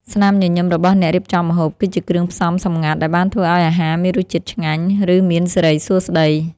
ស្នាមញញឹមរបស់អ្នករៀបចំម្ហូប គឺជាគ្រឿងផ្សំសម្ងាត់ដែលធ្វើឱ្យអាហារមានរសជាតិឆ្ងាញ់ ឬមានសិរីសួស្តី។